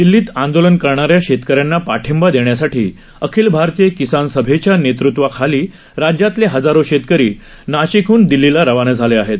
दिल्लीतआंदोलनकरणाऱ्याशेतकऱ्यांनापाठिंबादेण्यासाठीअखिलभारतीयकिसानसभेच्यानेतृत्वाखालीराज्या तलेहजारोशेतकरीनाशिकहनदिल्लीलारवानाझालेआहेत